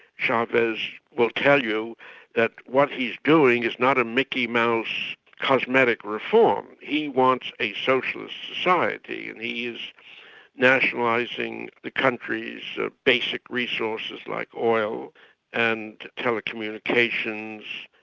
chavez will tell you that what he's doing is not a mickey mouse cosmetic reform, he wants a socialist society, and he is nationalising the country's basic resources like oil and telecommunications,